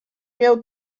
miał